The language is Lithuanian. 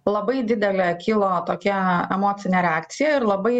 labai didelė kilo tokia emocinė reakcija ir labai